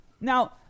Now